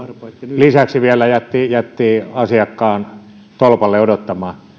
lisäksi vielä jätti jätti asiakkaan tolpalle odottamaan